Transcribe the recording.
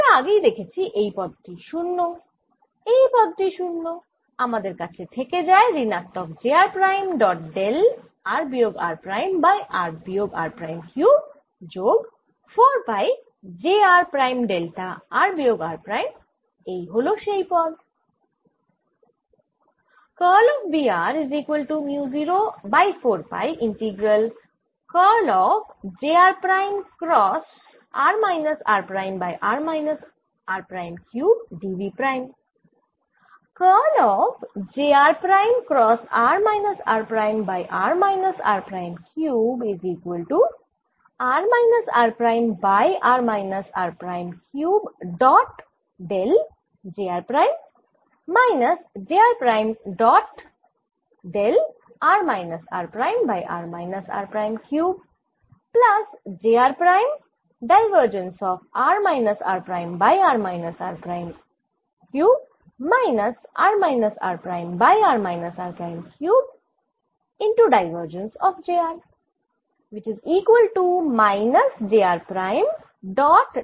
আমরা আগেই দেখেছি এই পদ টি 0 এই পদ টি 0 আমাদের কাছে থেকে যায় ঋণাত্মক j r prime dot del r বিয়োগ r প্রাইম বাই r বিয়োগ r প্রাইম কিউব যোগ 4 pi j r prime delta r বিয়োগ r প্রাইম এই হল সেই পদ